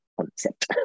concept